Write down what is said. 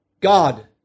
God